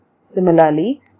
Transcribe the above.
Similarly